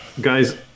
guys